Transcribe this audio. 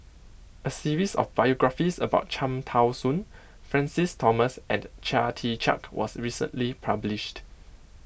a series of biographies about Cham Tao Soon Francis Thomas and Chia Tee Chiak was recently published